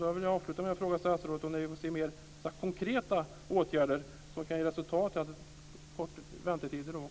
Jag vill då avsluta med att fråga statsrådet om vi får ser mer konkreta åtgärder som kan ge resultatet att väntetiderna kortas.